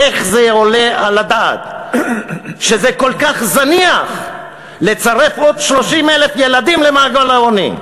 איך עולה על הדעת שזה כל כך זניח לצרף עוד 30,000 ילדים למעגל העוני?